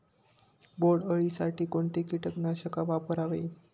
बोंडअळी साठी कोणते किटकनाशक वापरावे?